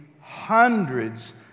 hundreds